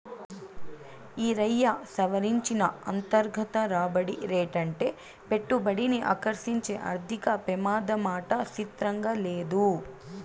ఈరయ్యా, సవరించిన అంతర్గత రాబడి రేటంటే పెట్టుబడిని ఆకర్సించే ఆర్థిక పెమాదమాట సిత్రంగా లేదూ